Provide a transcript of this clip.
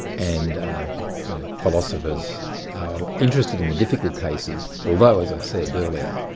and you know philosophers are interested in the difficult cases although, as i said earlier,